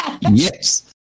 Yes